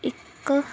ਇੱਕ